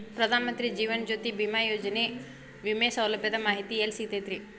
ಪ್ರಧಾನ ಮಂತ್ರಿ ಜೇವನ ಜ್ಯೋತಿ ಭೇಮಾಯೋಜನೆ ವಿಮೆ ಸೌಲಭ್ಯದ ಮಾಹಿತಿ ಎಲ್ಲಿ ಸಿಗತೈತ್ರಿ?